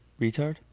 Retard